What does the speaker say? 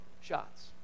shots